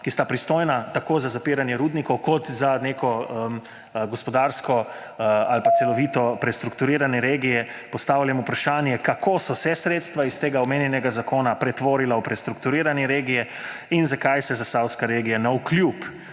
ki sta pristojna tako za zapiranje rudnikov kot za neko gospodarsko ali celovito prestrukturiranje regije, postavljam vprašanje: Kako so se sredstva iz tega omenjenega zakona pretvorila v prestrukturiranje regije? Zakaj se zasavska regija navkljub